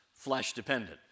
flesh-dependent